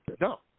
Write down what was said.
no